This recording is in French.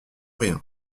rien